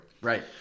right